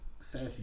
sassy